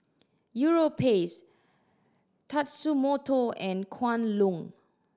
Europace Tatsumoto and Kwan Loong